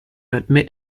admit